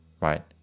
right